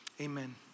amen